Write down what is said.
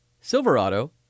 Silverado